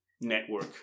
network